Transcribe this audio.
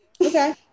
Okay